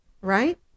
right